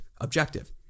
objective